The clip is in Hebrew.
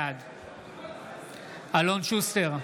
בעד אלון שוסטר,